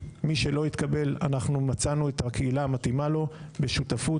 מי שלא התקבל אנחנו מצאנו את הקהילה המתאימה לו בשותפות.